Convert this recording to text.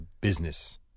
business